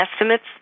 estimates